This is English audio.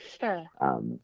Sure